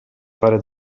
fare